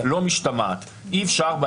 לא משתמעת.